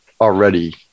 already